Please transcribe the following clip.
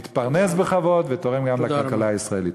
מתפרנס בכבוד ותורם גם לכלכלה הישראלית.